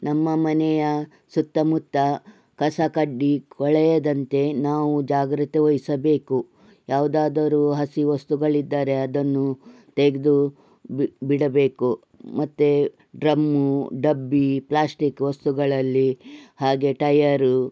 ನಮ್ಮ ಮನೆಯ ಸುತ್ತಮುತ್ತ ಕಸಕಡ್ಡಿ ಕೊಳೆಯದಂತೆ ನಾವು ಜಾಗೃತೆ ವಹಿಸಬೇಕು ಯಾವುದಾದರು ಹಸಿ ವಸ್ತುಗಳಿದ್ದರೆ ಅದನ್ನು ತೆಗೆದು ಬಿಡಬೇಕು ಮತ್ತು ಡ್ರಮ್ಮು ಡಬ್ಬಿ ಪ್ಲಾಸ್ಟಿಕ್ ವಸ್ತುಗಳಲ್ಲಿ ಹಾಗೆ ಟಯರು